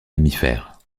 mammifères